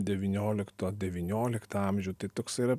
devyniolikto devynioliktą amžių tai toks yra